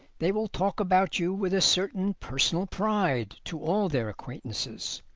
they will talk about you with a certain personal pride to all their acquaintances.